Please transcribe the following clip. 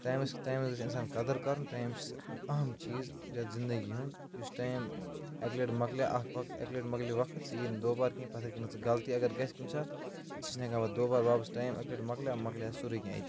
ٹایمَس ٹایمَس گژھِ اِنسان قدر کَرُن ٹایم چھُ أہم چیٖز یَتھ زِنٛدگی ہُنٛد یُس ٹایم اکہِ لٹہِ مۄکلٲو اَکھ وقت اکہِ لٹہِ مۄکلہِ وقت سُہ ییہ نہٕ دوبارٕ کہیٖنٛۍ پَتہٕ ہیککھ نہٕ ژٕ غلطی اگر گژھِ کُنہِ ساتہٕ سُہ چھِ نہٕ ہیکان پَتہٕ دوبارٕ واپَس ٹایم اکہِ لٹہِ مَۄکلایو مۄکلایو سُورے کیٚنٛہہ أتی